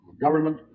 government